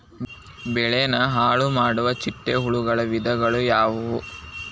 ಬೆಳೆನ ಹಾಳುಮಾಡುವ ಚಿಟ್ಟೆ ಹುಳುಗಳ ವಿಧಗಳು ಯಾವವು?